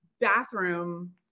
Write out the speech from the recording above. bathroom